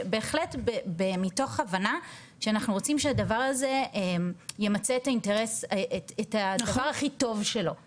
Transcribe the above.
בהחלט מתוך הבנה שאנחנו רוצים שהדבר הזה ימצה את הדבר הכי טוב שלו,